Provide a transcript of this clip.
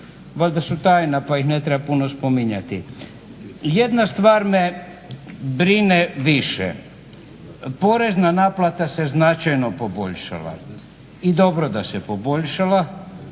valjda su tajna pa ih ne treba puno spominjati. Jedna stvar me brine više, porezna naplata se značajno poboljšala i dobro da se poboljšala,